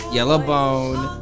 Yellowbone